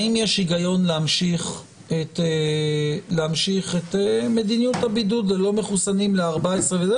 האם יש היגיון להמשיך את מדיניות הבידוד ללא מחוסנים ל-14 יום?